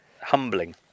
humbling